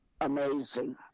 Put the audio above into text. amazing